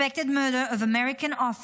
Suspected murder of American officer